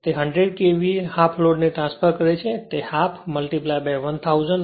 તે 100 KVA half load ને transfer કરે છે તે હાફ 100 1000 1 થાય છે